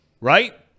Right